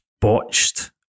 botched